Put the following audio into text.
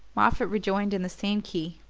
moffatt rejoined in the same key.